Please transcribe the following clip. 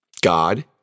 God